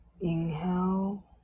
Inhale